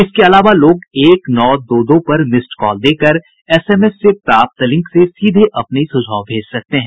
इसके अलावा लोग एक नौ दो दो पर मिस्ड कॉल दे कर एसएमएस से प्राप्त लिंक से भी सीधे अपने सुझाव भेज सकते हैं